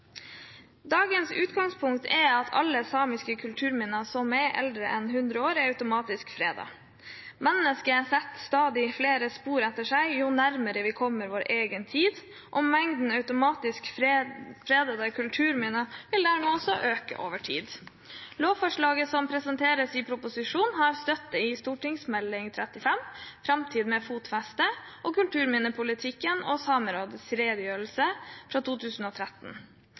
Dagens utgangspunkt er at alle samiske kulturminner som er eldre enn 100 år, automatisk er fredet. Mennesket setter stadig flere spor etter seg jo nærmere vi kommer vår egen tid. Antallet automatisk fredede kulturminner vil dermed også øke over tid. Lovforslaget som presenteres i proposisjonen, har støtte i Meld. St. 35 for 2012–2013, Framtid med fotfeste – Kulturminnepolitikken, og Sametingsrådets redegjørelse fra 2013.